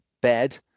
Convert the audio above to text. bed